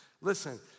Listen